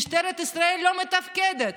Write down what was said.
משטרת ישראל לא מתפקדת.